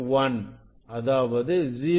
1 அதாவது 0